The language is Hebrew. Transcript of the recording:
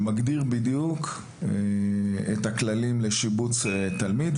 שמגדיר בדיוק את הכללים לשיבוץ תלמיד,